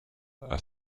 are